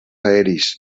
aeris